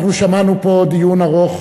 אנחנו שמענו פה דיון ארוך,